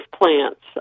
plants